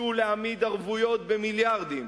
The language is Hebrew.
ביקשו להעמיד ערבויות במיליארדים,